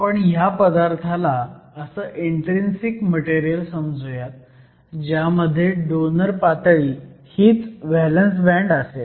आपण ह्या पदार्थाला असं इन्ट्रीन्सिक मटेरियल समजुयात ज्यामध्ये डोनर पातळी हीच व्हॅलंस बँड असेल